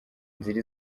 inzira